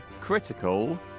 Critical